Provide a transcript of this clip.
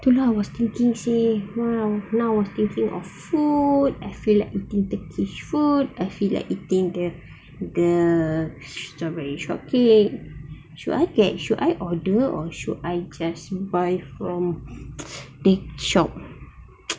okay lah I was thinking say !wah! now I was thinking of food I feel like eating turkish food I feel like eating the the strawberry shortcake should I get should I order or should I just buy from cake shop